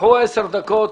קחו 10 דקות